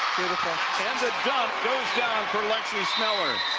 and goes down for like so sneller.